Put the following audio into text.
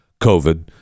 COVID